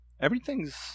Everything's